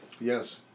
Yes